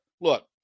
Look